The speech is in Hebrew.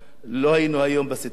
לא היינו היום בסיטואציה הזאת.